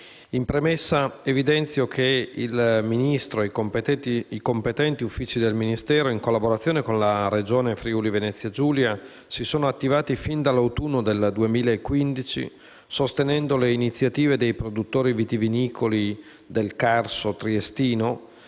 in premessa evidenzio che il Ministro e i competenti uffici del Ministero, in collaborazione con la Regione Friuli-Venezia Giulia, si sono attivati, fin dall'autunno del 2015, sostenendo le iniziative dei produttori vitivinicoli del Carso triestino,